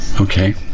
Okay